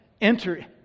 enter